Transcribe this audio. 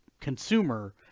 consumer